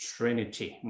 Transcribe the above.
Trinity